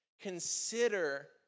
Consider